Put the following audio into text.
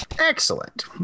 excellent